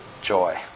joy